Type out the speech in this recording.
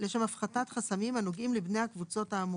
לשם הפחתת חסמים הנוגעים לבני הקבוצות האמורות".